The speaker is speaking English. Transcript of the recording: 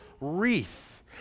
wreath